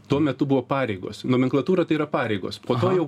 tuo metu buvo pareigos nomenklatūra tai yra pareigos po to jau